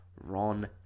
Ron